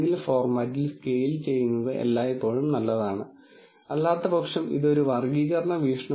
ഉദാഹരണത്തിന് നിങ്ങൾക്ക് നൂറ് വേരിയബിളുകൾ വ്യക്തമായി കാണാനാകില്ല തുടർന്ന് അവ രേഖീയമായി വേർതിരിക്കാനാകുമോ ഇല്ലയോ എന്ന് നോക്കുക